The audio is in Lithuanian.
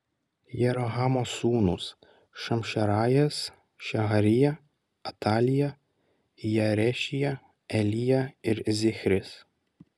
jerohamo sūnūs šamšerajas šeharija atalija jaarešija elija ir zichris